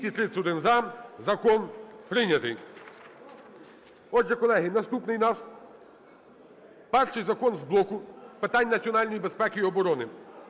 Отже, колеги, наступний у нас – перший закон з блоку питань національної безпеки і оборони